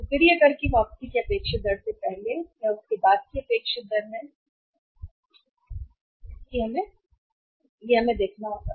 फिर यह कर की वापसी की अपेक्षित दर से पहले और उसके बाद कर की अपेक्षित दर है कर की वापसी की कर दर से पहले वापसी की दर और उसके बाद इन्वेंट्री पॉलिसी